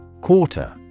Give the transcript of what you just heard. Quarter